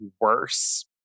worse